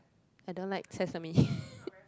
I don't like sesame